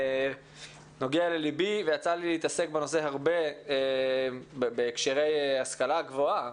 נוגע לליבי ויצא לי להתעסק בנושא הרבה בהקשרי השכלה גבוהה